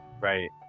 Right